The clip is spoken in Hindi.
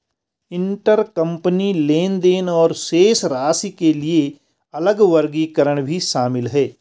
इंटरकंपनी लेनदेन और शेष राशि के लिए अलग वर्गीकरण भी शामिल हैं